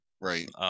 right